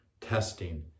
testing